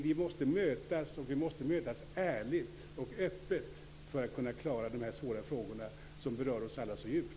Vi måste mötas, och vi måste mötas ärligt och öppet, för att kunna klara de här svåra frågorna som berör oss alla så djupt.